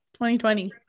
2020